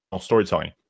storytelling